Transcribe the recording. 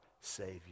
Savior